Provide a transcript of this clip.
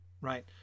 right